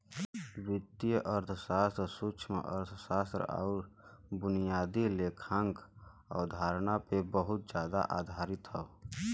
वित्तीय अर्थशास्त्र सूक्ष्मअर्थशास्त्र आउर बुनियादी लेखांकन अवधारणा पे बहुत जादा आधारित हौ